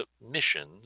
submissions